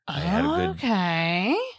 Okay